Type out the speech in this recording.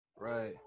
Right